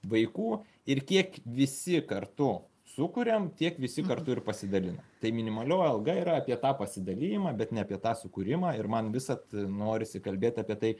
vaikų ir kiek visi kartu sukuriam tiek visi kartu ir pasidalinam tai minimalioji alga yra apie tą pasidalijimą bet ne apie tą sukūrimą ir man visad norisi kalbėt apie tai